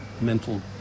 mental